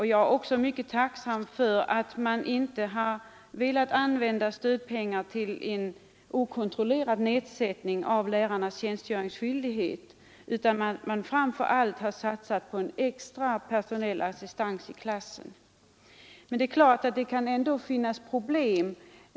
Jag är också mycket tacksam för att man inte velat använda stödpengarna till en okontrollerad nedsättning av lärarnas tjänstgöringsskyldighet utan framför allt har satsat på en extra personell förstärkning i klassen. Givetvis kan det ändå finnas problem.